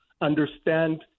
understand